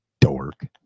dork